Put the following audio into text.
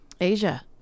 Asia